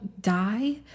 die